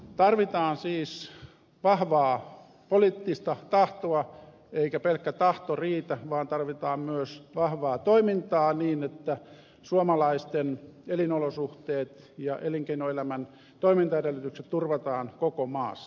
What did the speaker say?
tarvitaan siis vahvaa poliittista tahtoa eikä pelkkä tahto riitä vaan tarvitaan myös vahvaa toimintaa niin että suomalaisten elinolosuhteet ja elinkeinoelämän toimintaedellytykset turvataan koko maassa